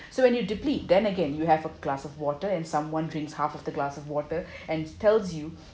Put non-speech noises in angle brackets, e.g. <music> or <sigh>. so when you deplete then again you have a glass of water and someone drinks half of the glass of water <breath> and tells you